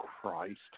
Christ